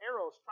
arrows